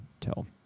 tell